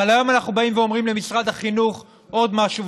אבל היום אנחנו באים ואומרים למשרד החינוך עוד משהו,